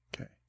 Okay